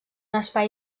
espai